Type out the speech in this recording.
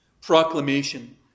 proclamation